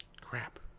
Crap